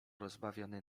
rozbawiony